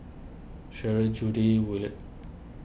Shirl Judy Willard